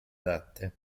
adatte